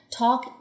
talk